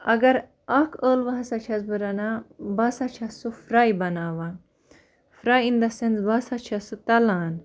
اگر اکھ ٲلوٕ ہسا چھیٚس بہٕ رَنان بہٕ ہسا چھیٚس سُہ فرٛاے بناوان فرٛاے اِن دَ سینٕس بہٕ ہسا چھیٚس سُہ تَلان